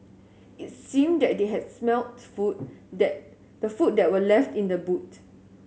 it seemed that they had smelt the food that the food that were left in the boot